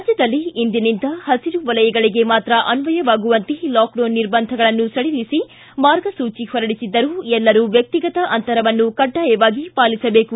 ರಾಜ್ಯದಲ್ಲಿ ಇಂದಿನಿಂದ ಹಸಿರು ವಲಯಗಳಗೆ ಮಾತ್ರ ಅನ್ವಯವಾಗುವಂತೆ ಲಾಕ್ ಡೌನ್ ನಿರ್ಬಂಧಗಳನ್ನು ಸಡಿಲಿಸಿ ಮಾರ್ಗಸೂಚಿ ಹೊರಡಿಸಿದ್ದರೂ ಎಲ್ಲರೂ ವ್ವಕ್ತಿಗತ ಅಂತರವನ್ನು ಕಡ್ಡಾಯವಾಗಿ ಪಾಲಿಸಬೇಕು